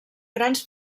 grans